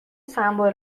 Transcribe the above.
سمبل